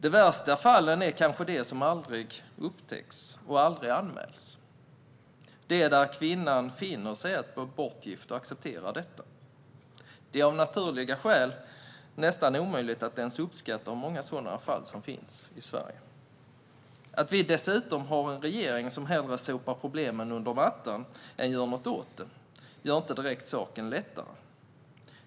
De värsta fallen är kanske de som aldrig upptäcks och aldrig anmäls, de där kvinnan finner sig i att bli bortgift och accepterar detta. Det är av naturliga skäl nästan omöjligt att ens uppskatta hur många sådana fall som finns i Sverige. Att vi dessutom har en regering som hellre sopar problemen under mattan än gör något åt dem gör inte direkt saken lättare.